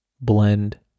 blend